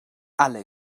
alle